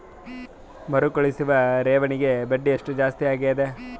ಮರುಕಳಿಸುವ ಠೇವಣಿಗೆ ಬಡ್ಡಿ ಎಷ್ಟ ಜಾಸ್ತಿ ಆಗೆದ?